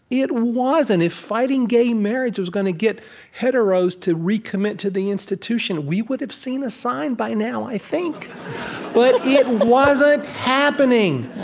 it wasn't. if fighting gay marriage was going to get heteros to recommit to the institution, we would have seen a sign by now, i think but it wasn't happening.